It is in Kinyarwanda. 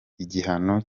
igihano